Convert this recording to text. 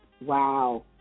Wow